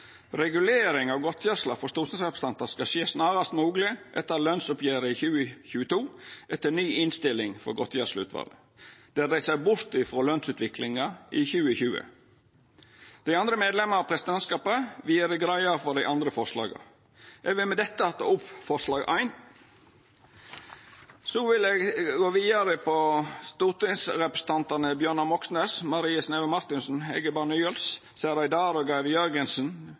av godtgjørelsen for stortingsrepresentanter skal skje snarest mulig etter lønnsoppgjøret i 2022 etter ny innstilling fra godtgjøringsutvalget, der de ser bort fra lønnsutviklingen i 2020.» Dei andre medlemene av presidentskapet vil gjera greie for dei andre forslaga. Eg vil med dette ta opp forslag nr. 1. Så vil eg gå vidare til Dokument 8-forslaget frå stortingsrepresentantane Bjørnar Moxnes, Marie